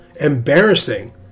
embarrassing